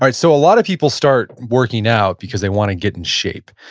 and so a lot of people start working out because they want to get in shape.